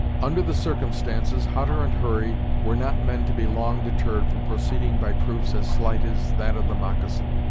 under the circumstances, hutter and hurry were not men to be long deterred from proceeding by proofs as slight as that of the moccasin.